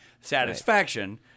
Satisfaction